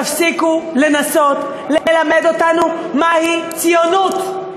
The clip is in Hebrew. תפסיקו לנסות ללמד אותנו מהי ציונות.